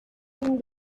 den